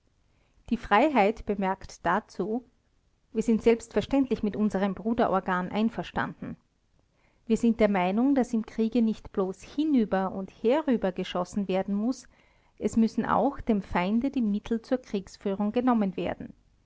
die freiheit bemerkte dazu wir sind selbstverständlich mit unserem bruderorgan einverstanden wir sind der meinung daß im kriege nicht bloß hinüber und herüber geschossen werden muß es müssen auch dem feinde die mittel zur kriegführung genommen werden